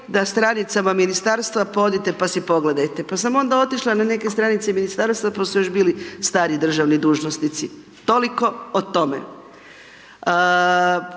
da stranicama ministarstva, odite pa si pogledate. Pa sam onda otišla na neke stranice ministarstva, pa su još bili stari državni dužnosnici, toliko o tome.